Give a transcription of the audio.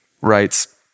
writes